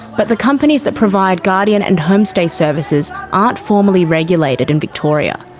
but the companies that provide guardian and homestay services aren't formally regulated in victoria,